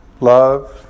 love